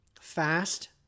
fast